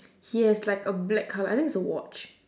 he has like a black colour I think it's a watch